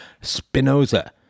Spinoza